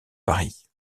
paris